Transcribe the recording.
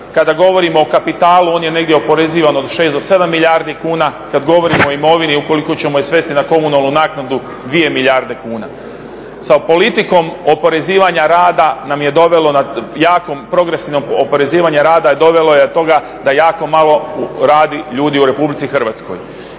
Kada govorimo o kapitalu on je negdje oporezivan od 6 do 7 milijardi kuna, kada govorimo o imovini ukoliko ćemo je svesti na komunalnu naknadu 2 milijarde kuna. Sa politikom oporezivanja rada nam je dovelo jako progresivno oporezivanje rada dovelo je do toga da jako malo radi ljudi u RH. I upravo